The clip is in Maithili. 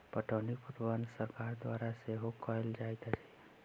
पटौनीक प्रबंध सरकार द्वारा सेहो कयल जाइत अछि